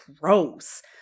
gross